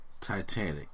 Titanic